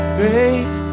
great